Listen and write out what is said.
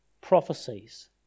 prophecies